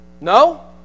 No